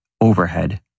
overhead